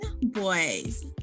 boys